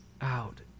out